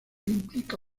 implica